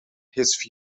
his